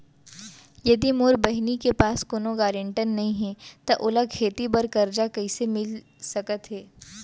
यदि मोर बहिनी के पास कोनो गरेंटेटर नई हे त ओला खेती बर कर्जा कईसे मिल सकत हे?